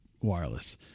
wireless